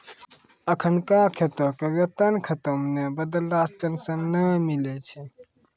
अखिनका खाता के वेतन खाता मे नै बदलला से पेंशन नै मिलै छै